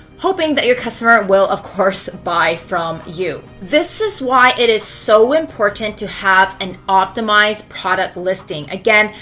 hoping that your customer will of course buy from you. this is why it is so important to have an optimized product listing. again,